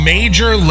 Major